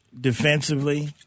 defensively